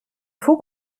fug